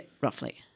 roughly